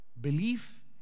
belief